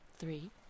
Three